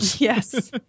Yes